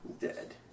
Dead